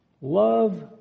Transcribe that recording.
Love